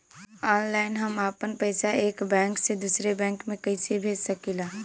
Online हम आपन पैसा एक बैंक से दूसरे बैंक में कईसे भेज सकीला?